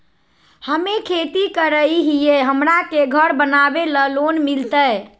हमे खेती करई हियई, हमरा के घर बनावे ल लोन मिलतई?